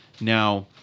Now